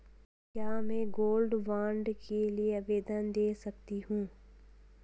क्या मैं gold bond के लिए आवेदन दे सकती हूँ?